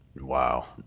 Wow